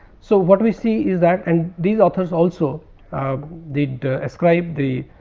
so, what we see is that and these authors also ah did ah ascribe the